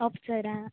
अप्सरा